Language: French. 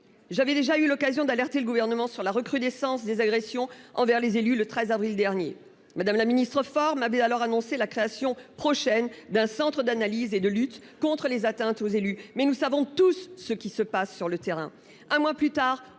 J'avais déjà eu l'occasion d'alerter le gouvernement sur la recrudescence des agressions envers les élus le 13 avril dernier. Madame la Ministre forme avait alors annoncé la création prochaine d'un centre d'analyse et de lutte contre les atteintes aux élus. Mais nous savons tous ce qui se passe sur le terrain. Un mois plus tard,